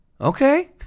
Okay